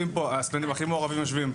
הסטודנטים הכי מעורבים יושבים פה.